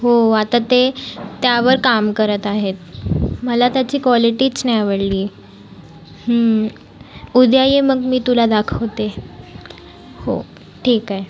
हो आता ते त्यावर काम करत आहेत मला त्याची कॉलेटीच नाही आवडली उद्या ये मग मी तुला दाखवते हो ठीक आहे